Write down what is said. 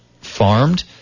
farmed